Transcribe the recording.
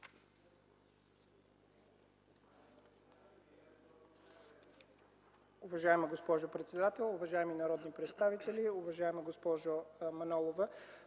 Уважаема госпожо председател, уважаеми народни представители, уважаема госпожо Манолова!